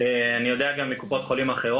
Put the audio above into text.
להציע עזרה ואני יודע שזה המצב גם בקופות אחרות.